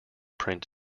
print